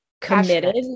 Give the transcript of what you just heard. committed